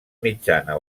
mitjana